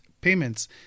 payments